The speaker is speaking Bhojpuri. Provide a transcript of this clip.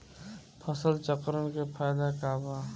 फसल चक्रण के फायदा का बा?